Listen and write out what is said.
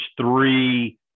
three